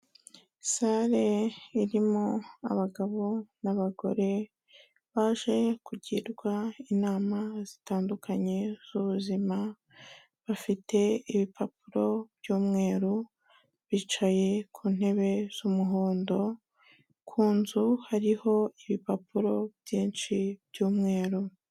Sale irimo abagabo n'abagore baje kugirwa inama zitandukanye z'ubuzima, bafite ibipapuro by'umweru, bicaye ku ntebe z'umuhondo, ku nzu hariho ibipapuro byinshi by'umweru.